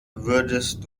würdest